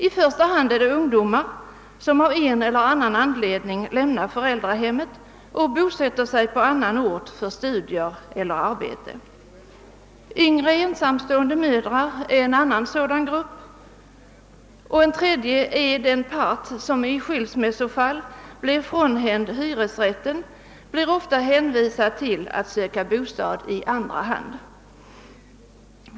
I första hand är det fråga om ungdomar som av en eller annan anledning lämnar föräldrahemmet och bosätter sig på annan ort för studier eller arbete. Yngre ensam stående mödrar är en annan sådan grupp. Den part som i skilsmässofall blir frånhänd hyresrätten är vidare ofta hänvisad till att söka bostad i andra hand.